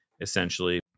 essentially